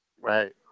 Right